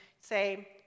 say